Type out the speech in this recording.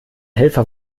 helfer